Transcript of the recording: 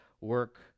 work